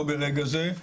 לא ברגע זה,